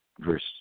verse